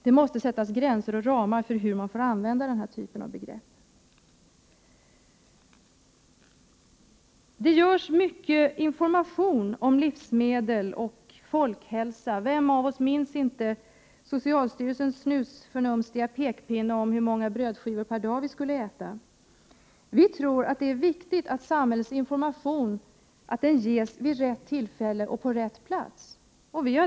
Det måste sättas gränser och ramar för hur man får använda denna typ av begrepp. Det framställs mycket information om livsmedel och folkhälsa. Vem av oss minns inte socialstyrelsens snusförnumstiga pekpinne om hur många brödskivor per dag vi skulle äta. Vi tror att det är viktigt att samhällsinformation ges vid rätt tillfälle och på rätt plats.